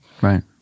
Right